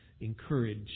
encourage